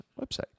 website